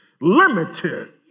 limited